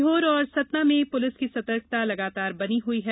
सीहोर और सतना में पुलिस की सतर्कता लगातार बनी हुई है